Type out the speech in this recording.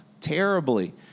terribly